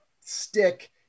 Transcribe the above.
stick